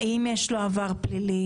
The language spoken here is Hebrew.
האם יש לו עבר פלילי,